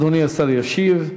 אדוני השר ישיב.